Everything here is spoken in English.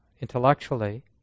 intellectually